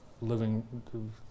living